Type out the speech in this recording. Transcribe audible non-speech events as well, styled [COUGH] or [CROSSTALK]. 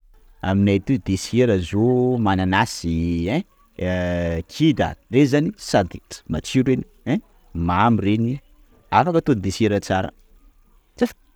Aminay aty toy desera zao mananasy ein! [HESITATION] kida, reny zany sady t- matsiro reny, ein! mamy reny, afaka atao desera tsara.